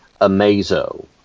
Amazo